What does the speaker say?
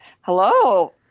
Hello